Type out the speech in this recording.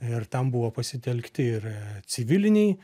ir tam buvo pasitelkti ir civiliniai